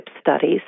studies